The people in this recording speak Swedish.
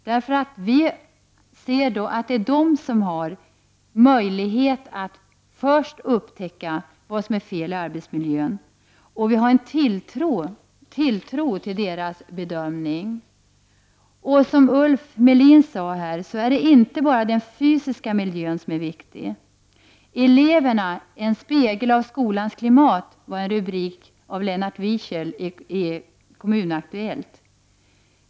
Barnen är de som först har möjlighet att upptäcka vad som är fel i arbetsmiljön. Vi har tilltro till deras bedömning. Som Ulf Melin sade är det inte bara den fysiska miljön som är viktig. ”Eleverna — en spegel av skolans klimat”, är rubriken på en artikel av Lennart Wiechel i Kommun-Aktuellt.